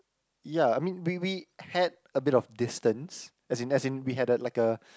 ya I mean we we had a bit of distance as in as in we had a like a